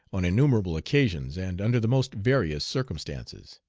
on innumerably occasions, and under the most various circumstances.